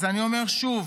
אז, אני אומר שוב: